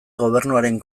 gobernuaren